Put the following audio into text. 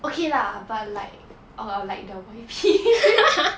okay lah but like err like the wife